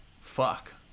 fuck